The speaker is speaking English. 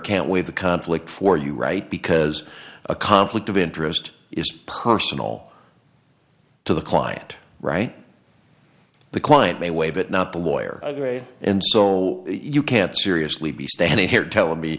can't waive the conflict for you right because a conflict of interest is personal to the client right the client may waive it not the lawyer gray and so you can't seriously be standing here telling me